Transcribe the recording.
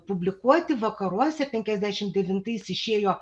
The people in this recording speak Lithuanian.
publikuoti vakaruose penkiasdešim devintais išėjo